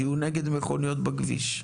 כי הוא נגד מכוניות בכביש.